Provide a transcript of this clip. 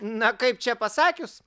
na kaip čia pasakius